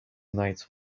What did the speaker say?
night